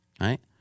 right